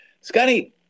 scotty